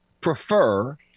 prefer